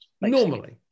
Normally